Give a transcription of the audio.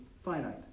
finite